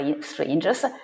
strangers